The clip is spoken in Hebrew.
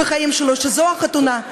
שזו החתונה.